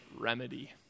remedy